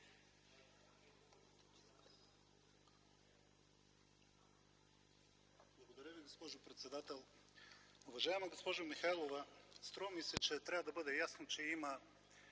Благодаря Ви, госпожо председател. Уважаема госпожо Михайлова, струва ми се, че трябва да бъде ясно, че има